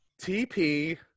T-P